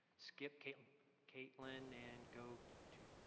skip kaitlin kaitlin and go to,